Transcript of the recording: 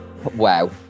wow